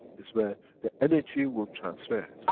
it's where the energy will transfer.